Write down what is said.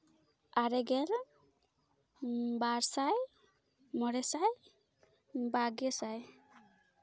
ᱟᱨᱮ ᱜᱮᱞ ᱵᱟᱨ ᱥᱟᱭ ᱢᱚᱬᱮ ᱥᱟᱭ ᱵᱟᱨᱜᱮ ᱥᱟᱭ